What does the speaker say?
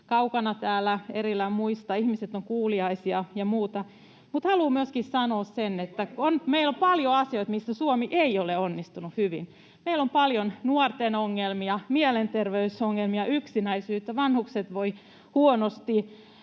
kaukana, erillään muista, ihmiset ovat kuuliaisia ja muuta. Mutta haluan sanoa myöskin sen, että meillä on paljon asioita, missä Suomi ei ole onnistunut hyvin. Meillä on paljon nuorten ongelmia, mielenterveysongelmia, yksinäisyyttä, vanhukset voivat huonosti,